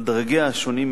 על דרגיה השונים,